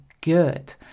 good